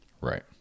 Right